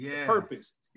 purpose